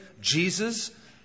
Jesus